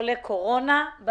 בוקר טוב, חברים.